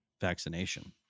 vaccination